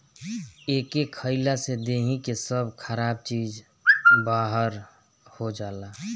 एके खइला से देहि के सब खराब चीज बहार हो जाला